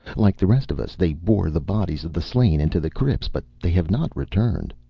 like the rest of us, they bore the bodies of the slain into the crypts, but they have not returned.